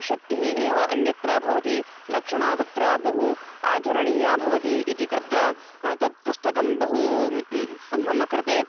शक्तिः एव अन्यत्र भवति लक्षणा तत्र बहु आधरणीया भवति इति कृत्वा तत् पुस्तकं बहु मम कृते